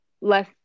less